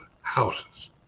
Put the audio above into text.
houses